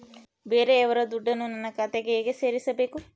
ಬೇರೆಯವರ ದುಡ್ಡನ್ನು ನನ್ನ ಖಾತೆಗೆ ಹೇಗೆ ಸೇರಿಸಬೇಕು?